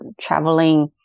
traveling